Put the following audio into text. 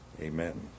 Amen